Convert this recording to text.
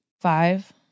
Five